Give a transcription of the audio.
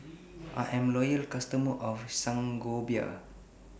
I'm A Loyal customer of Sangobion